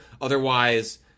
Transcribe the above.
Otherwise